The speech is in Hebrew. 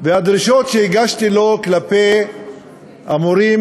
והדרישות שהגשתי לו לגבי המורים